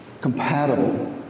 Compatible